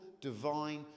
divine